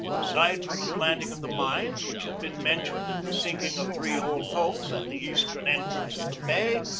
aside from the planting of the mines which have been mentioned and the sinking of three old hulks at the eastern entrance of the bay,